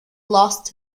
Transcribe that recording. lost